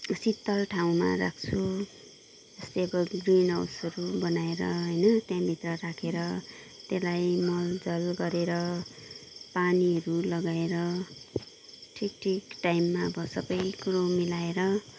शीतल ठाउँमा राख्छु जस्तै कोही कोही ग्रिन हाउसहरू बनाएर होइन त्यहाँभित्र राखेर त्यसलाई मलजल गरेर पानीहरू लगाएर ठिक ठिक टाइममा अब सबै कुरो मिलाएर